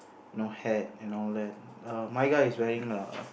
no hat and all that err my guy is wearing a